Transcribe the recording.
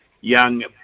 young